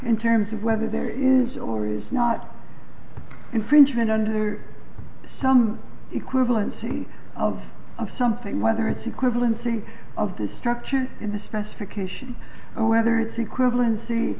in terms of whether there is or is not infringement under some equivalency of something whether it's equivalency of the structure in the specification and whether it's equivalency